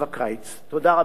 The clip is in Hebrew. מה אדוני מציע?